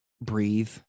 breathe